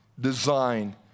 design